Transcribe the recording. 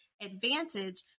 advantage